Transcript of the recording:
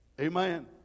Amen